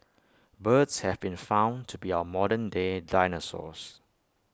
birds have been found to be our modern day dinosaurs